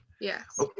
Yes